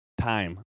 time